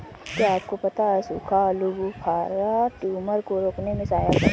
क्या आपको पता है सूखा आलूबुखारा ट्यूमर को रोकने में सहायक है?